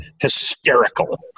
hysterical